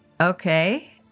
okay